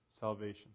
salvation